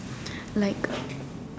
like